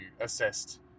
assessed